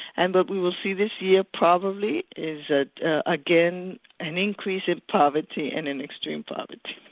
and but we will see this year probably is again an increase in poverty and in extreme poverty.